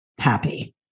happy